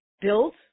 built